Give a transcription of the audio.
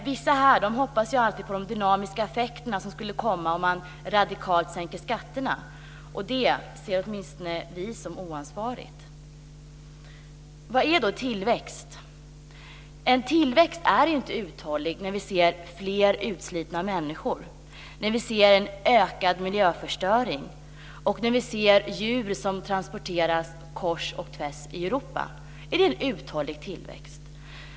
Vissa här hoppas alltid på de dynamiska effekterna som ska komma om man radikalt sänker skatterna. Det ser åtminstone vi som oansvarigt. Vad är då tillväxt? En tillväxt är inte uthållig när vi ser fler utslitna människor, en ökad miljöförstöring och djur som transporteras kors och tvärs i Europa. Är det en uthållig tillväxt?